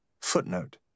Footnote